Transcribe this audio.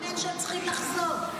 צריך לנרמל שהם צריכים לחזור.